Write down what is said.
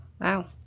Wow